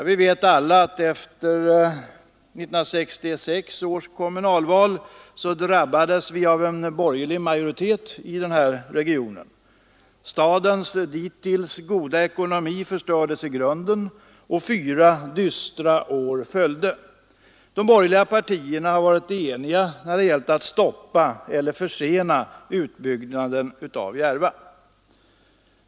Vi vet alla att efter 1966 års kommunalval drabbades den här regionen av en borgerlig majoritet. Stadens dittills goda ekonomi förstördes i grunden, och fyra dystra år följde. De borgerliga partierna har varit eniga när det gällt att stoppa eller försena utbyggnaden av Järva.